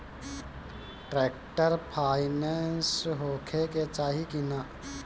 Tractor पाईनेस होखे के चाही कि ना?